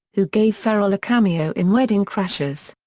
who gave ferrell a cameo in wedding crashers.